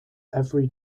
every